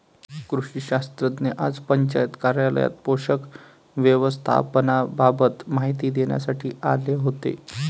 कृषी शास्त्रज्ञ आज पंचायत कार्यालयात पोषक व्यवस्थापनाबाबत माहिती देण्यासाठी आले होते